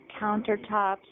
countertops